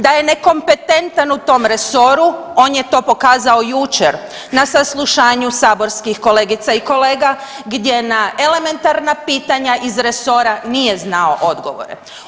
Da je nekompetentan u tom resoru on je to pokazao jučer na saslušanju saborskih kolegica i kolega gdje na elementarna pitanja iz resora nije znao odgovore.